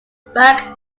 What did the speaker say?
back